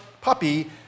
puppy